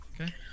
Okay